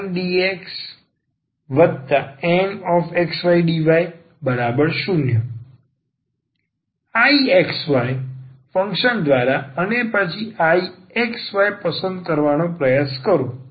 MxydxNxydy0 Ixy function દ્વારા અને પછી I x y પસંદ કરવાનો પ્રયાસ કરો